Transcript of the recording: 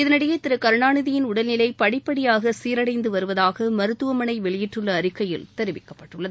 இதனிடையே திரு கருணாநிதியின் உடல்நிலை படிப்படியாக சீரடைந்து வருவதாக மருத்துவமனை வெளியிட்டுள்ள அறிக்கையில் தெரிவிக்கப்பட்டுள்ளது